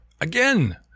Again